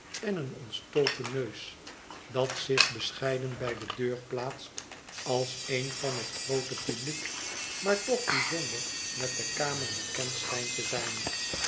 cri eén ontstoken neus dat zich bescheiden bij de deur plaatst als een van het groote publiek maar toch bijzonder met de kamer bekend schijnt te zijn